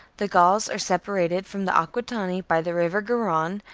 the gauls are separated from the aquitani by the river garonne,